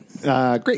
Great